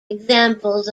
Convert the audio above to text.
examples